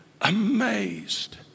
amazed